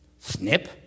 snip